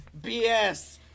BS